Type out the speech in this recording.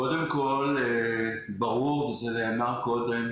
קודם כל ברור וזה נאמר קודם,